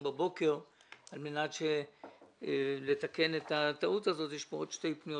בבוקר על מנת לתקן את הטעות הזאת יש כאן עוד שתי פניות